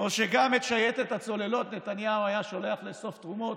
או שגם את שייטת הצוללת נתניהו היה שולח לאסוף תרומות,